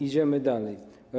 Idziemy dalej.